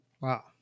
Wow